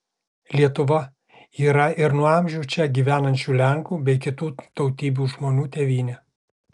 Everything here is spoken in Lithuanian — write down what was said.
lietuva yra ir nuo amžių čia gyvenančių lenkų bei kitų tautybių žmonių tėvynė